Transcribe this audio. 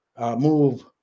move